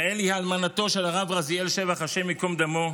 יעל היא אלמנתו של הרב רזיאל שבח, השם ייקום דמו,